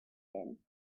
din